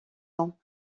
ans